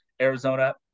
Arizona